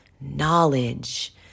knowledge